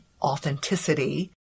authenticity